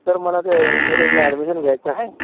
sir मला ते इंजिनीअरिंगला ॲडमीशन घ्यायचं आहे